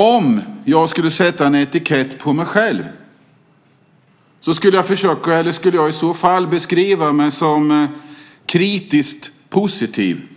Om jag skulle sätta en etikett på mig själv skulle jag beskriva mig själv som kritiskt positiv.